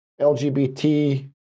LGBT